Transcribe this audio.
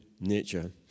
nature